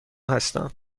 هستم